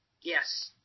Yes